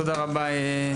תודה רבה.